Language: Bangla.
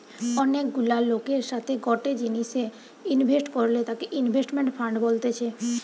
অনেক গুলা লোকের সাথে গটে জিনিসে ইনভেস্ট করলে তাকে ইনভেস্টমেন্ট ফান্ড বলতেছে